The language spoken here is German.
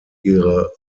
ihre